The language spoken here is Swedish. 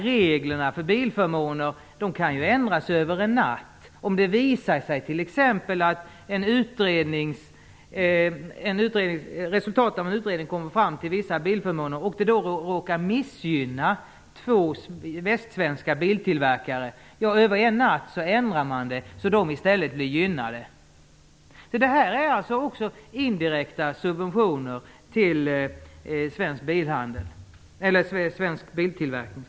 Reglerna för bilförmåner kan ju ändra sig över en natt om det t.ex. visar sig att resultatet av en utredning kommer fram till vissa bilförmåner som råkar missgynna två västsvenska biltillverkare. Då ändrar man detta över en natt så att dessa i stället blir gynnade. Här är det alltså fråga om indirekta subventioner till svensk biltillverkning.